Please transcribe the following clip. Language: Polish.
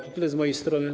To tyle z mojej strony.